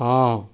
ହଁ